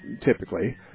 typically